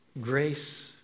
grace